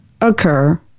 occur